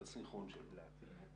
את הסינכרון שלו.